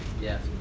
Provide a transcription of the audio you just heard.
yes